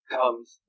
comes